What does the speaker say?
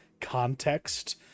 context